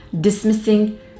dismissing